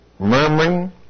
Murmuring